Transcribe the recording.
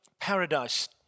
paradise